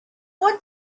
want